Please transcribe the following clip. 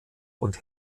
und